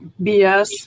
BS